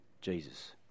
Jesus